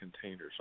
containers